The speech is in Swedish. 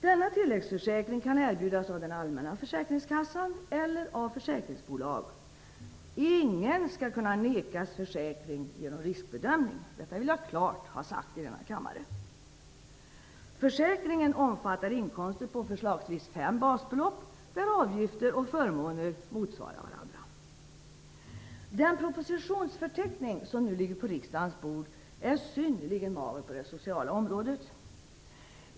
Denna tilläggsförsäkring kan erbjudas av den allmänna försäkringskassan eller av försäkringsbolag. Ingen skall kunna nekas försäkring genom riskbedömning. Detta vill jag klart ha sagt i denna kammare. Försäkringen omfattar inkomster på förslagsvis fem basbelopp, där avgifter och förmåner motsvarar varandra. Den propositionsförteckning som nu ligger på riksdagens bord är synnerligen mager på det sociala området.